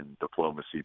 diplomacy